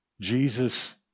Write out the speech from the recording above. Jesus